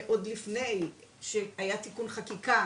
עוד לפני שהיה תיקון חקיקה,